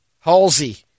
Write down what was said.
Halsey